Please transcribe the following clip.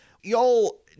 y'all